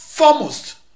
foremost